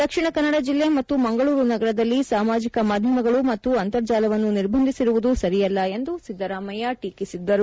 ದಕ್ಷಿಣ ಕನ್ನಡ ಜಿಲ್ಲೆ ಮತ್ತು ಮಂಗಳೂರು ನಗರದಲ್ಲಿ ಸಾಮಾಜಕ ಮಾಧ್ಯಮಗಳು ಮತ್ತು ಅಂತರ್ಜಾಲವನ್ನು ನಿರ್ಬಂದಿಸಿರುವುದು ಸರಿಯಲ್ಲ ಎಂದು ಸಿದ್ದರಾಮಯ್ಯ ಟೀಕಿಸಿದ್ದಾರೆ